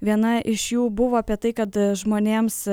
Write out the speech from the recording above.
viena iš jų buvo apie tai kad žmonėms